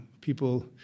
People